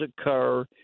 occur